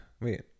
Wait